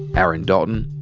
aaron dalton,